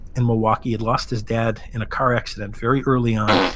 in milwaukee. he'd lost his dad in a car accident very early on.